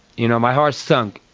you know, my heart sunk.